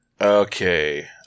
Okay